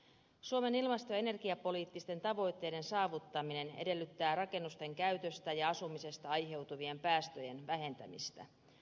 suomen ilmasto ja energiapoliittisten tavoitteiden saavuttaminen edellyttää rakennusten käytöstä ja asumisesta aiheutuvien päästöjen vähentämistä